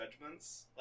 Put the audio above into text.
judgments